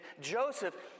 Joseph